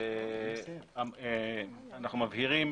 ואנחנו מבהירים